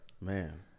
Man